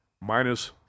minus